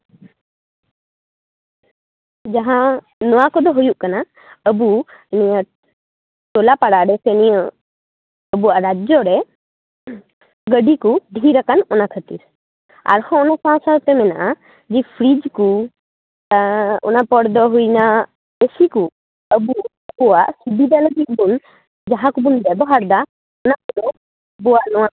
ᱡᱟᱦᱟᱸ ᱱᱚᱣᱟ ᱠᱚᱫᱚ ᱦᱩᱭᱩᱜ ᱠᱟᱱᱟ ᱟᱵᱚ ᱴᱚᱞᱟᱯᱟᱲᱟ ᱨᱮᱥᱮ ᱱᱤᱭᱟᱹ ᱟᱵᱚᱣᱟᱜ ᱨᱟᱡᱽᱡᱚ ᱨᱮ ᱜᱟᱹᱰᱤ ᱠᱚ ᱵᱷᱤᱲᱟᱠᱟᱱ ᱚᱱᱟ ᱠᱷᱟᱹᱛᱤᱨ ᱟᱨᱦᱚᱸ ᱚᱱᱟ ᱥᱟᱶᱼᱥᱟᱶᱛᱮ ᱢᱮᱱᱟᱜᱼᱟ ᱡᱮ ᱯᱷᱨᱤᱡᱽ ᱠᱚ ᱚᱱᱟ ᱯᱚᱨ ᱫᱚ ᱦᱩᱭᱱᱟ ᱪᱟᱹᱥᱤ ᱠᱚ ᱟᱵᱚᱣᱟᱜ ᱥᱩᱵᱤᱫᱟ ᱞᱟᱹᱜᱤᱫ ᱫᱚ ᱡᱟᱦᱟᱸ ᱠᱚᱵᱚᱱ ᱵᱮᱵᱚᱦᱟᱨᱫᱟ ᱚᱱᱟ ᱠᱚᱫᱚ ᱟᱵᱚᱣᱟᱜ ᱱᱚᱣᱟ